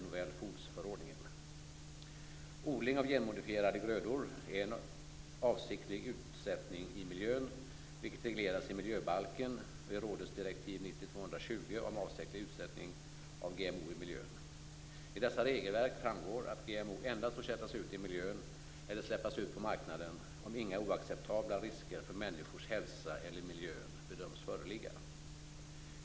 Odling av genmodifierade grödor är en avsiktlig utsättning i miljön, vilket regleras i miljöbalken och i rådets direktiv 90/220 om avsiktlig utsättning av GMO i miljön. I dessa regelverk framgår att GMO endast får sättas ut i miljön eller släppas ut på marknaden om inga oacceptabla risker för människors hälsa eller miljön bedöms föreligga.